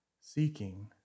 seeking